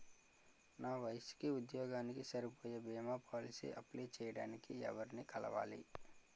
నా వయసుకి, ఉద్యోగానికి సరిపోయే భీమా పోలసీ అప్లయ్ చేయటానికి ఎవరిని కలవాలి?